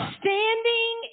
standing